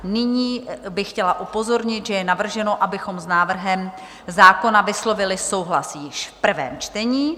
Nyní bych chtěla upozornit, že je navrženo, abychom s návrhem zákona vyslovili souhlas již v prvém čtení.